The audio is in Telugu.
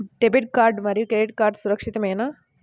డెబిట్ కార్డ్ మరియు క్రెడిట్ కార్డ్ సురక్షితమేనా?